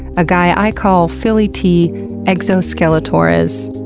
a guy i call philly t exoskele-torres,